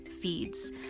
feeds